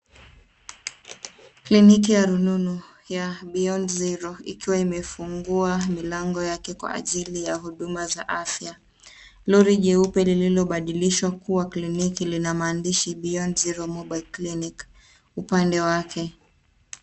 Kliniki ya rununu ya Beyond Zero ikiwa imefungua milango yake kwa ajili ya huduma za afya. Lori jeupe lililobadilishwa kuwa kliniki lina maandishi Beyond Zero mobile clinic upande wake.